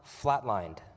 flatlined